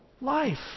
Life